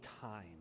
time